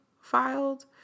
filed